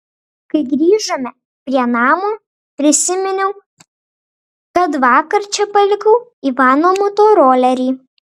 kai grįžome prie namo prisiminiau kad vakar čia palikau ivano motorolerį